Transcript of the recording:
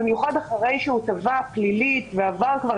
במיוחד אחרי שהוא תבע פלילית ועבר כבר